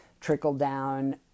trickle-down